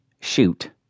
Shoot